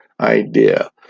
idea